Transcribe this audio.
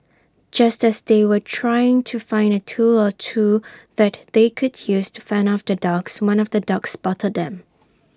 just as they were trying to find A tool or two that they could use to fend off the dogs one of the dogs spotted them